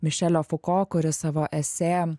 mišelio fuko kuris savo esė